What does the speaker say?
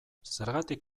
zergatik